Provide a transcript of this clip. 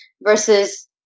versus